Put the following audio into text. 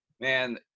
Man